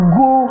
go